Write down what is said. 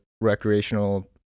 recreational